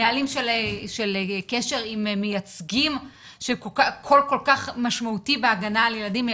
נהלים של קשר עם מייצגים שהוא כל כך משמעותי בהגנה על ילדים,